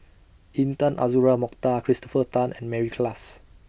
Intan Azura Mokhtar Christopher Tan and Mary Klass